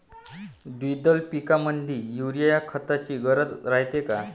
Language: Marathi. द्विदल पिकामंदी युरीया या खताची गरज रायते का?